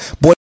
boy